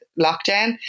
lockdown